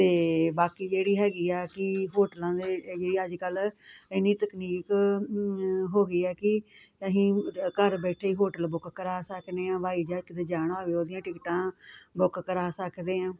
ਅਤੇ ਬਾਕੀ ਜਿਹੜੀ ਹੈਗੀ ਆ ਕਿ ਹੋਟਲਾਂ ਦੇ ਜਿਹੜੀ ਅੱਜ ਕੱਲ੍ਹ ਇੰਨੀ ਤਕਨੀਕ ਹੋ ਗਈ ਆ ਕਿ ਅਸੀਂ ਘਰ ਬੈਠੇ ਹੋਟਲ ਬੁੱਕ ਕਰਾ ਸਕਦੇ ਆ ਹਵਾਈ ਜਹਾਜ਼ ਕਿਤੇ ਜਾਣਾ ਹੋਵੇ ਉਹਦੀਆਂ ਟਿਕਟਾਂ ਬੁੱਕ ਕਰਾ ਸਕਦੇ ਹਾਂ ਅਤੇ